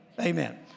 Amen